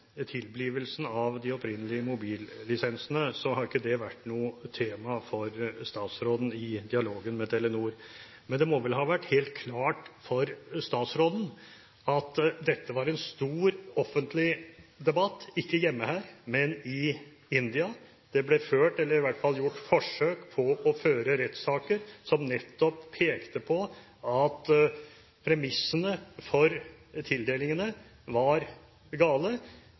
tilblivelsen av de opprinnelige mobillisensene, har ikke det vært noe tema for statsråden i dialogen med Telenor. Men det må vel ha vært helt klart for statsråden at dette var en stor, offentlig debatt – ikke her hjemme, men i India. Det ble gjort forsøk på å føre rettssaker, der man nettopp pekte på at premissene for tildelingene var gale.